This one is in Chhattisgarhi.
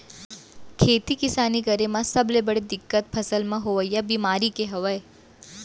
खेती किसानी करे म सबले बड़े दिक्कत फसल म होवइया बेमारी के हवय